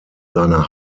seiner